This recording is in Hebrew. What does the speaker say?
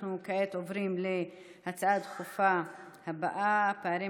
אנחנו כעת עוברים להצעה הדחופה הבאה: הפערים